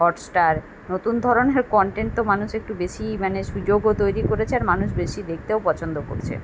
Hotstar নতুন ধরনের content তো মানুষ একটু বেশিই মানে সুযোগও তৈরি করেছে আর মানুষ বেশি দেখতেও পছন্দ করছে